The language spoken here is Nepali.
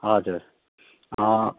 हजुर